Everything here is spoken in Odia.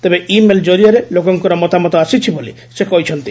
ତେବେ ଇମେଲ ଜରିଆରେ ଲୋକଙ୍କର ମତାମତ ଆସିଛି ବୋଲି ସେ କହିଛନ୍ତି